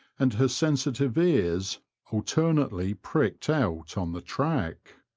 and her sensitive ears alternately pricked out on the track.